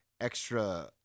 extra